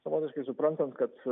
savotiškai suprantant kad